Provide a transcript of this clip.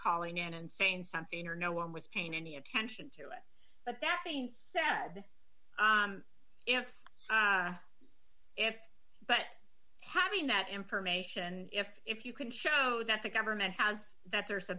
calling in and saying something or no one was paying any attention to it but that things said if if but having that information if if you can show that the government has that there's a